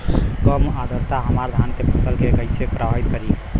कम आद्रता हमार धान के फसल के कइसे प्रभावित करी?